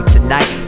tonight